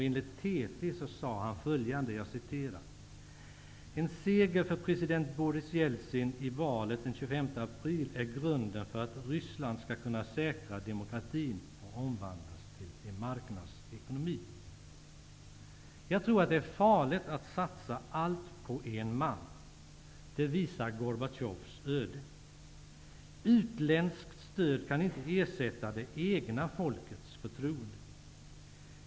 Enligt TT sade han följande: En seger för president Boris Jeltsin i valet den 25 april är grunden för att Ryssland skall kunna säkra demokratin och omvandlas till en marknadsekonomi. Jag tror att det är farligt att satsa allt på en man. Det visar Gorbatjovs öde. Utländskt stöd kan inte ersätta det egna folkets förtroende.